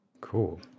Cool